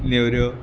नेवऱ्यो